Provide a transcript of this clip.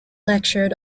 lectured